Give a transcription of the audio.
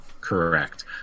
Correct